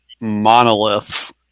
monoliths